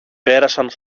πέρασαν